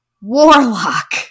Warlock